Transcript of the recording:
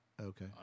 Okay